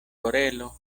orelo